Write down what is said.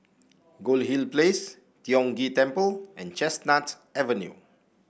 Goldhill Place Tiong Ghee Temple and Chestnut Avenue